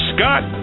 Scott